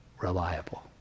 reliable